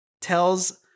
tells